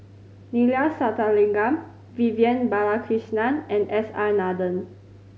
Neila Sathyalingam Vivian Balakrishnan and S R Nathan